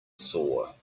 saw